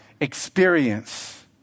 experience